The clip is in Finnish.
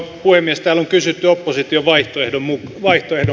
täällä on kysytty opposition vaihtoehdon perään